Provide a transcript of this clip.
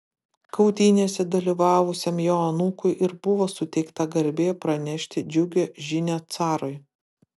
kautynėse dalyvavusiam jo anūkui ir buvo suteikta garbė pranešti džiugią žinią carui